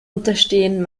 unterstehen